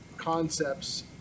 concepts